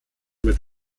mit